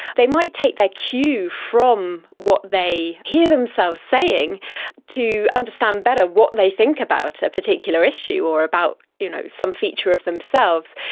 they might take their cue from what they hear themselves saying to understand better what they think about a particular issue or about you know some feature of themselves.